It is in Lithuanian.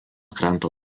kranto